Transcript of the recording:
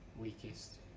weakest